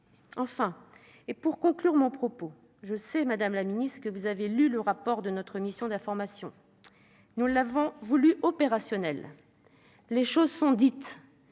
Enfin, et pour conclure mon propos, je sais que vous avez lu le rapport de notre mission d'information. Nous l'avons voulu opérationnel. Les choses sont dites,